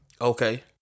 Okay